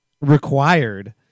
required